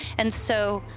and so,